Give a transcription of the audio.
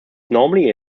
normally